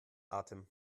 atem